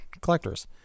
Collectors